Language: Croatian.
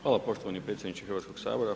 Hvala poštovani predsjedniče Hrvatskog sabora.